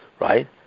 right